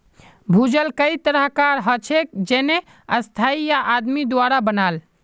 भूजल कई तरह कार हछेक जेन्ने स्थाई या आदमी द्वारा बनाल